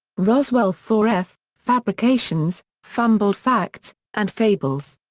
roswell four f fabrications, fumbled facts, and fables.